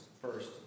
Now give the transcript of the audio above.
first